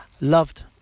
loved